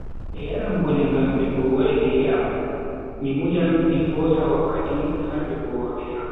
Mi yaran bone ngam be vowai be am, mi munyan mi hosa wakkati har be vowa be am.